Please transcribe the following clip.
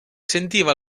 sentiva